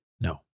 No